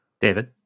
David